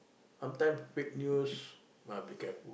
sometime fake news must be careful